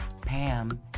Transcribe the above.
Pam